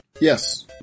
Yes